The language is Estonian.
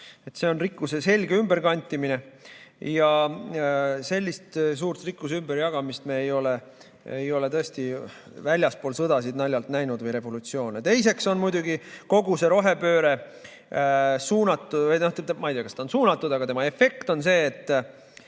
See on rikkuse selge ümberkantimine ja sellist suurt rikkuse ümberjagamist me ei ole tõesti väljaspool sõdasid või revolutsioone naljalt näinud. Teiseks on muidugi kogu see rohepööre suunatud või ma ei tea, kas ta on suunatud, aga tema efekt on see, et